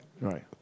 Right